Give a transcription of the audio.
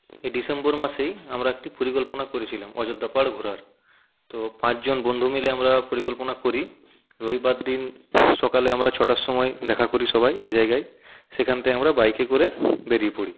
এই ডিসেম্বর মাসেই আমরা একটি পরিকল্পনা করেছিলাম আযোধ্যা পাহাড় ঘোরার তো পাঁচজন বন্ধু মিলে আমরা পরিকল্পনা করি রবিবার দিন সকালে আমরা ছটার সময় দেখা করি সবাই এক জায়গায় সেখান থেকে আমরা বাইকে করে বেরিয়ে পড়ি